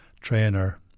trainer